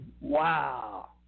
Wow